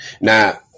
Now